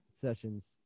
sessions